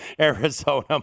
Arizona